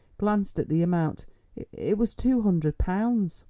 glanced at the amount it was two hundred pounds.